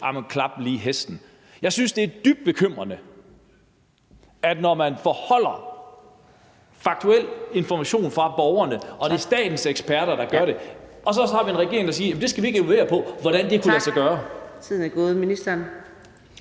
klap lige hesten.« Jeg synes, det er dybt bekymrende, når man forholder borgerne faktuel information, og når det er statens eksperter, der gør det, at vi så har en regering, der siger, at vi ikke skal evaluere på, hvordan det kunne lade sig gøre. Kl. 12:22 Fjerde næstformand